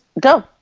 go